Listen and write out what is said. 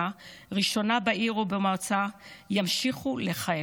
ראשונה בעיר או במועצה ימשיכו לכהן.